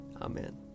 Amen